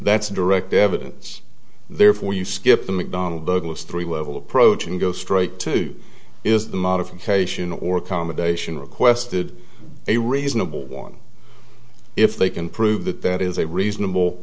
that's direct evidence therefore you skip the mcdonnell douglas three level approach and go straight to is the modification or commendation requested a reasonable one if they can prove that that is a reasonable